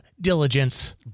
diligence